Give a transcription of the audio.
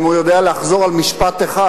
אם הוא יודע לחזור על משפט אחד,